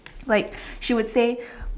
like she would say